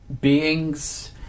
beings